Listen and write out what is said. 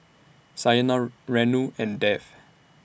Saina Renu and Dev